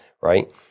right